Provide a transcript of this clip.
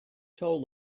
told